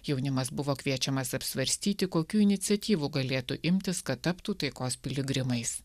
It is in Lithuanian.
jaunimas buvo kviečiamas apsvarstyti kokių iniciatyvų galėtų imtis kad taptų taikos piligrimais